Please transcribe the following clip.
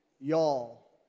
y'all